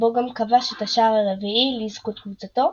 בו גם כבש את השער הרביעי לזכות קבוצתו,